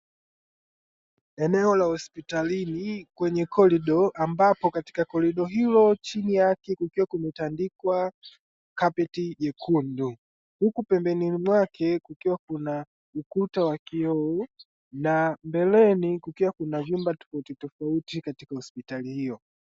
Eneo la hospitalini kwenye korido, ambapo katika korido hilo chini yake kukiwa kumetandikwa kapeti jekundu, huku pembeni mwake kukiwa kuna ukuta wa kioo na mbeleni kukiwa kuna vyumba tofautitofauti katika hospitali hiyo.